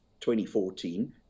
2014